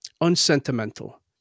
unsentimental